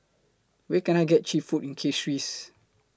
Where Can I get Cheap Food in Castries